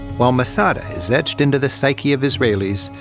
while masada is etched into the psyche of israelis,